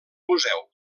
museu